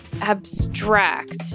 abstract